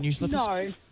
no